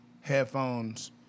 headphones